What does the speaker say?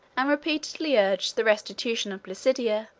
and repeatedly urged the restitution of placidia,